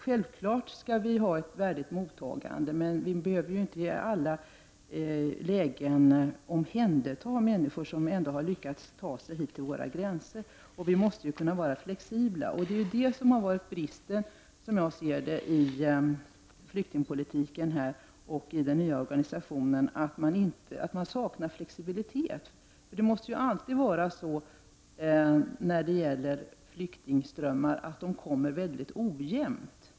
Självfallet skall vi ge dem ett värdigt mottagande, men vi behöver ju inte i alla lägen omhänderta människor som ändå har lyckats ta sig hit till våra gränser. Vi måste kunna vara flexibla. Som jag ser det är också bristen i flyktingpolitiken och i den nya organisationen just att det saknas flexibilitet. Det måste ju alltid vara fallet med flyktingströmmar att de kommer mycket ojämnt.